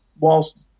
whilst